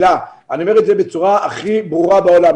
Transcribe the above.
אני אומר את זה בצורה הכי ברורה בעולם.